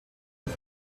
its